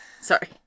Sorry